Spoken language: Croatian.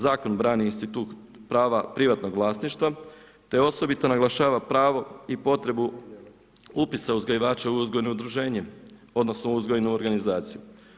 Zakon brani institut prava privatnog vlasništva, te osobito naglašava pravo i potrebnu upisa uzgajivača u uzgojno udruženje, odnosno, uzgojnu organizaciju.